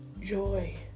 Joy